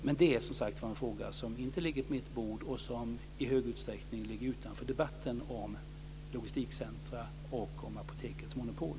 Men det är, som sagt var, en fråga som inte ligger på mitt bord och som i stor utsträckning ligger utanför debatten om logistikcentrum och Apotekets monopol.